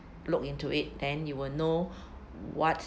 look into it then you will know what